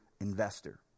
investor